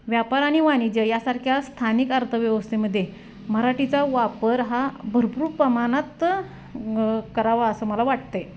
व्यापार आणि वाणिज्य यासारख्या स्थानिक अर्थव्यवस्थेमध्ये मराठीचा वापर हा भरपूर प्रमाणात करावा असं मला वाटतं आहे